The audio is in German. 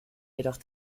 jedoch